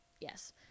yes